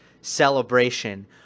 celebration